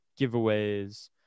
giveaways